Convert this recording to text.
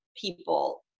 people